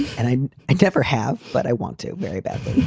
and i i never have. but i want to very badly